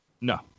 No